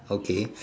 okay